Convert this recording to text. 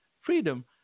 freedom